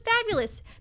fabulous